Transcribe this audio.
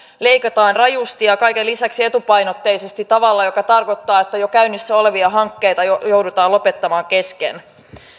leikataan rajusti ja kaiken lisäksi etupainotteisesti tavalla joka tarkoittaa että jo käynnissä olevia hankkeita joudutaan lopettamaan kesken